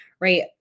right